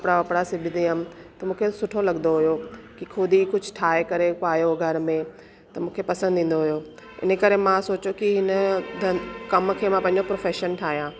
कपिड़ा वपड़ा सिबदी हुयमि त मूंखे सुठो लॻंदो हुयो की खुदि ई कुझु ठाहे करे पायो घर में त मूंखे पसंदि ईंदो हुयो इन करे मां सोचो की हिन धन कमु खे मां पंहिंजो प्रोफैशन ठाहियां